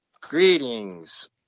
Greetings